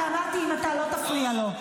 ואמרתי: אם אתה לא תפריע לו,